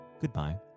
goodbye